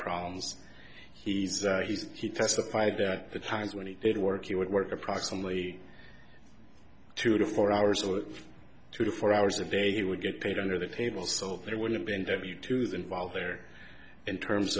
problems he's he's he testified that the times when he did work he would work approximately two to four hours or two to four hours a day he would get paid under the table so there wouldn't be interview to the involved there in terms